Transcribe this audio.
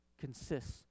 consists